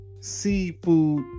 seafood